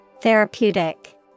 Therapeutic